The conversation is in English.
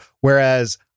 whereas